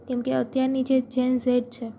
કેમકે અત્યારની જે ઝેન ઝેડ છે